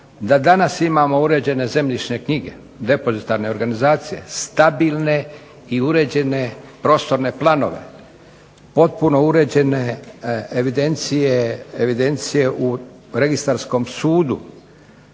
Da danas imamo uređene zemljišne knjige, depozitarne organizacije, stabilne i uređene prostorne planove, potpuno uređene evidencije u registarskom sudu,